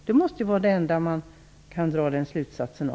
Det är den enda slutsatsen man kan dra av detta.